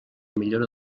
millora